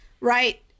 right